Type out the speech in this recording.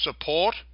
support